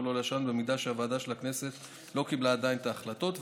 או לא לאשרן במידה שהוועדה של הכנסת לא קיבלה עדיין החלטות,